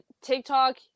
TikTok